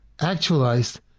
actualized